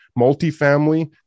Multifamily